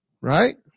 Right